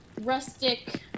rustic